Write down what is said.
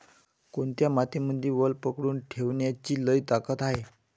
कोनत्या मातीमंदी वल पकडून ठेवण्याची लई ताकद हाये?